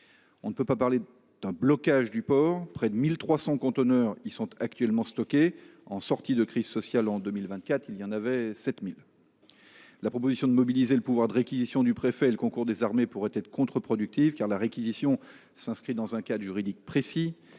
On ne peut pas parler d’un blocage du port. Près de 1 300 containers y sont actuellement stockés. En sortie de crise sociale, en 2024, il y en avait 7 000. La proposition de mobiliser le pouvoir de réquisition du préfet et de s’adjoindre le concours des armées pourrait être contre productive, car la réquisition s’inscrit dans un cadre juridique précis